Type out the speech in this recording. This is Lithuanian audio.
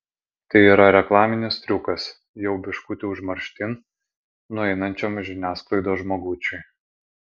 tai yra reklaminis triukas jau biškutį užmarštin nueinančiam žiniasklaidos žmogučiui